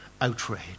outrage